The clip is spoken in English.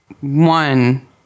one